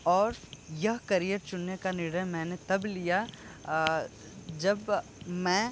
और यह करियर चुनने का निर्णय मैंने तब लिया जब मैं